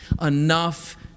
Enough